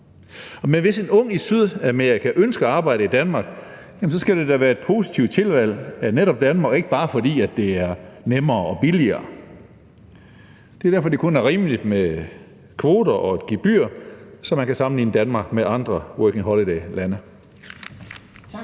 Men hvis en ung i Sydamerika ønsker at arbejde i Danmark, skal det da være et positivt tilvalg af netop Danmark, og ikke bare fordi det er nemmere og billigere. Det er derfor, det kun er rimeligt med kvoter og et gebyr, så man kan sammenligne Danmark med andre Working Holiday-lande. Kl.